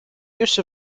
use